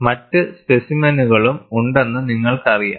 മറ്റ് സ്പെസിമെനുകളും ഉണ്ടെന്ന് നിങ്ങൾക്കറിയാം